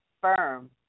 Firm